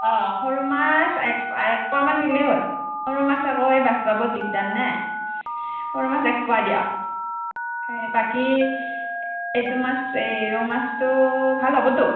অঁ সৰু মাছ এক এক পোৱা মান দিলেই হ'ল সৰু মাছ আকৌ এই বাচবা বৰ দিকদাৰ নে সৰু মাছ এক পোৱা দিয়ক এই বাকী এইটো মাছ এই ৰৌ মাছটো ভাল হ'বতো